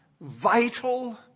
vital